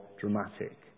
dramatic